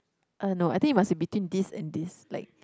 uh no I think it must be between this and this like